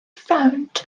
frowned